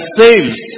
saves